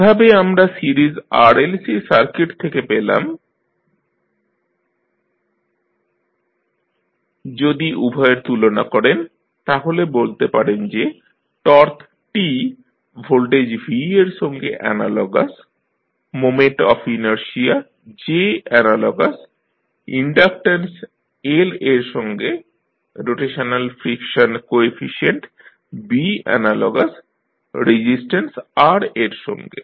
এভাবে আমরা series RLC circuit থেকে পেলাম VLd2qdt2RdqdtqC যদি উভয়ের তুলনা করেন তাহলে বলতে পারেন যে টর্ক T ভোল্টেজ V এর সঙ্গে analogous moment of inertia J analogous inductance L এর সঙ্গে rotational friction coefficient B analogous resistance R এর সঙ্গে